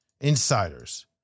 Insiders